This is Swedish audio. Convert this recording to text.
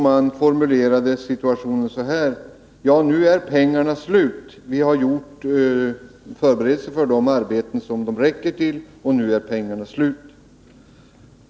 Man formulerade saken så här: Nu är pengarna slut. Vi har gjort förberedelser för det som pengarna räcker till för, men nu är pengarna slut.